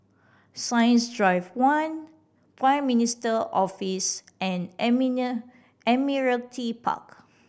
Science Drive One Prime Minister Office and Admiralty Park